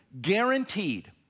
guaranteed